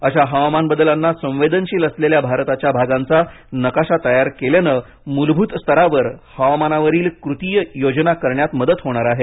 अशा हवामान बदलांना संवेदनशील असलेल्या भारताच्या भागांचा नकाशा तयार केल्यानं मूलभूत स्तरावर हवामानावरील कृतीय योजना करण्यात मदत होणार आहे